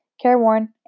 careworn